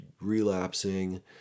relapsing